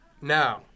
Now